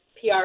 PR